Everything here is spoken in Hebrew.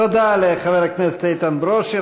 תודה לחבר הכנסת איתן ברושי.